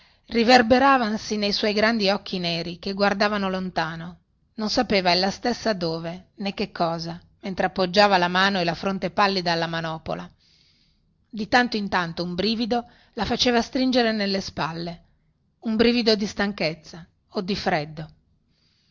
riverberavansi nei suoi grandi occhi neri che guardavano lontano non sapeva ella stessa dove né che cosa mentre appoggiava la mano e la fronte pallida alla manopola di tanto in tanto un brivido la faceva stringere nelle spalle un brivido di stanchezza o di freddo